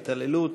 התעללות.